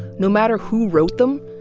no matter who wrote them,